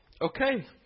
okay